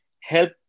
help